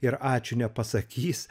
ir ačiū nepasakys